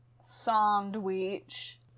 Sandwich